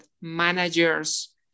managers